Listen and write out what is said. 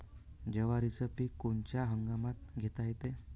जवारीचं पीक कोनच्या हंगामात घेता येते?